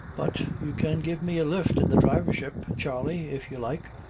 but you can give me a lift in the drivership, charley, if you like.